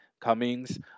Cummings